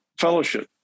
Fellowship